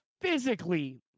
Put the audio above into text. physically